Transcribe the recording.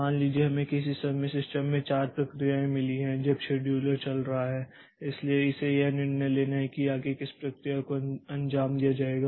मान लीजिए हमें किसी समय सिस्टम में चार प्रक्रियाएं मिली हैं जब शेड्यूलर चल रहा है इसलिए इसे यह निर्णय लेना है कि आगे किस प्रक्रिया को अंजाम दिया जाएगा